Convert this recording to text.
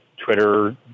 Twitter